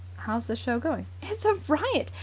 how's the show going? it's a riot.